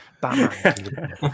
Batman